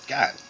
God